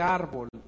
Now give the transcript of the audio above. árbol